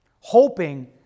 Hoping